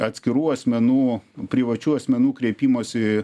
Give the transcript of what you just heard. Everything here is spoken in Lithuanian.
atskirų asmenų privačių asmenų kreipimosi